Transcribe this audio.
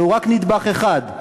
זהו רק נדבך אחד,